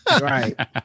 Right